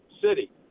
city